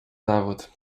zawód